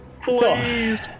Please